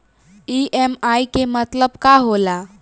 EMI के मतलब का होला?